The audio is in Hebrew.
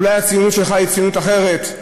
אולי הציונות שלך היא ציונות אחרת.